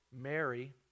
Mary